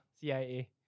CIA